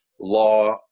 law